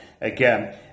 again